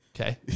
Okay